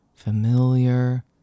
Familiar